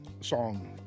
song